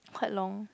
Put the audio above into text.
quite long